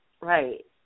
Right